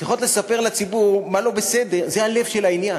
צריכות לספר לציבור מה לא בסדר, זה הלב של העניין,